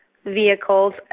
vehicles